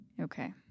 Okay